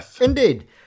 Indeed